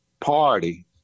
Party